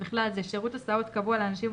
ובכלל זה שירות הסעות קבוע לאנשים עם